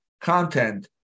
content